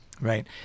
Right